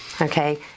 Okay